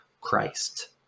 Christ